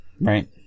Right